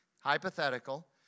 hypothetical